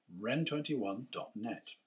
REN21.net